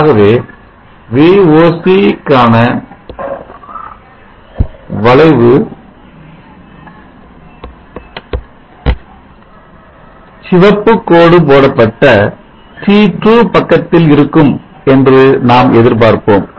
ஆகவே Voc க்கான வளைவு சிவப்புக் கோடு போடப்பட்ட T2 பக்கத்தில் இருக்கும் என்று நாம் எதிர் பார்ப்போம்